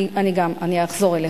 אני אחזור אליך.